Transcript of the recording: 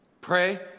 Pray